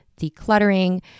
decluttering